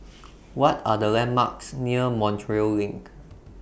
What Are The landmarks near Montreal LINK